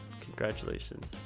congratulations